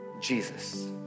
Jesus